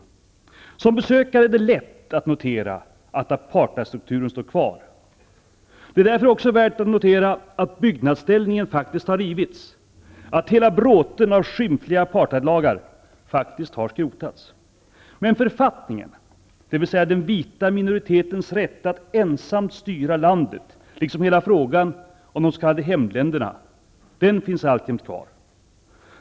För en besökare är det lätt att notera att apartheidstrukturen står kvar. Det är därför också värt att notera att byggnadsställningarna har rivits, att hela bråten av skymfliga apartheidlagar faktiskt har skrotats. Men författningen, dvs. den vita minoritetens rätt att ensam styra landet, liksom hela frågan om de s.k. hemländerna finns alltjämt kvar.